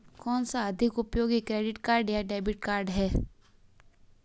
कौनसा अधिक उपयोगी क्रेडिट कार्ड या डेबिट कार्ड है?